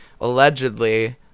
allegedly